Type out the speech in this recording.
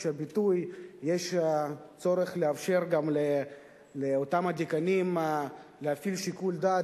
הביטוי יש צורך לאפשר גם לאותם הדיקנים להפעיל שיקול דעת